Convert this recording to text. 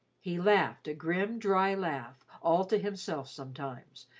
he laughed a grim, dry laugh all to himself sometimes,